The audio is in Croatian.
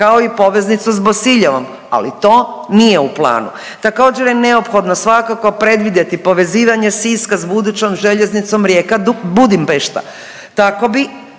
kao i poveznicu sa Bosiljevom, ali to nije u planu. Također je neophodno svakako predvidjeti povezivanje Siska sa budućom željeznicom Rijeka-Budimpešta.